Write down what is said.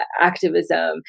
activism